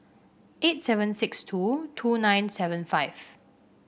eight seven six two two nine seven five